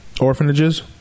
orphanages